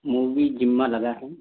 movie ज़िम्मा लगा है